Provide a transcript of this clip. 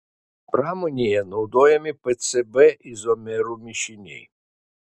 pramonėje naudojami pcb izomerų mišiniai